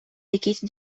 якийсь